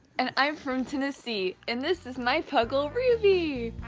and i'm from tennessee. and this is my juggle, rudy!